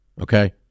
okay